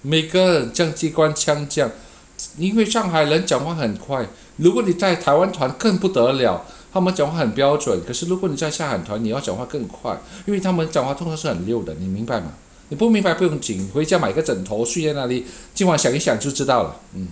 每个像机关枪这样因为上海人讲话很快如果你在台湾团更不得了他们讲话很标准可是如果你在上海团你要讲话更快因为他们讲话通常是很溜的你明白 mah 你不明白不用净回家买一个枕头睡在哪里今晚想一想就知道了 mm